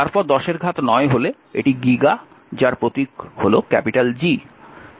তারপর 10 এর ঘাত 9 হলে এটি গিগা যার প্রতীক হল ক্যাপিটাল G